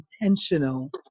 intentional